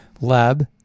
lab